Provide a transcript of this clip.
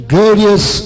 Glorious